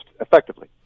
effectively